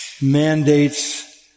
mandates